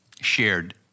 shared